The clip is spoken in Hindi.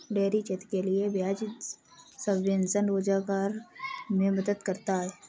डेयरी क्षेत्र के लिये ब्याज सबवेंशन रोजगार मे मदद करता है